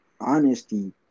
honesty